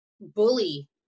bully